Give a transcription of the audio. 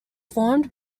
formed